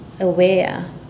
aware